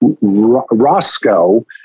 Roscoe